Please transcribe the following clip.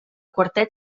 quartet